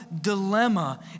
dilemma